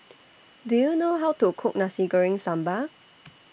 Do YOU know How to Cook Nasi Goreng Sambal